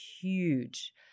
huge